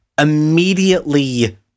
immediately